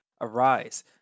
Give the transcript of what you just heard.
arise